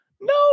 No